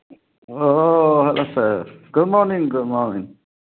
ꯑꯣ ꯑꯣ sir good morning good morning